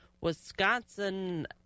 Wisconsin